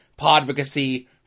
Podvocacy